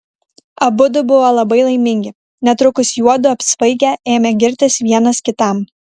abudu buvo labai laimingi netrukus juodu apsvaigę ėmė girtis vienas kitam